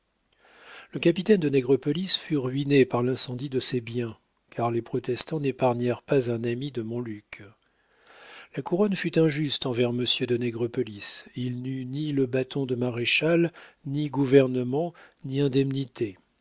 le capitaine de nègrepelisse fut ruiné par l'incendie de ses biens car les protestants n'épargnèrent pas un ami de montluc la couronne fut injuste envers monsieur de nègrepelisse il n'eut ni le bâton de maréchal ni gouvernement ni indemnités